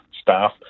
staff